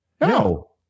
No